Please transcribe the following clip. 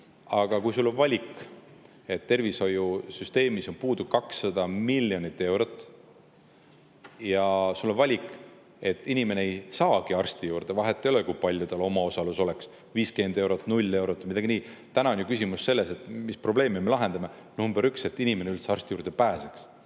Aga kui sul on valik, et tervishoiusüsteemis on puudu 200 miljonit eurot, ja sul on valik, et inimene ei saagi arsti juurde, siis vahet ei ole, kui palju tal omaosalus oleks – 50 eurot, null eurot või midagi nii. Täna on ju küsimus selles, et mis probleemi me lahendame – [probleem] number üks on, et inimene üldse arsti juurde pääseks.